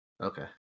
Okay